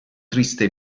triste